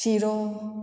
शिरो